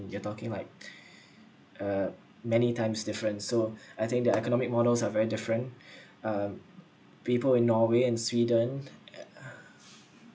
you are talking like uh many times different so I think their economic models are very different um people in norway and sweden uh